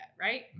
right